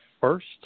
first